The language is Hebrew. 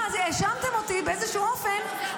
האשמתם אותי באיזשהו אופן,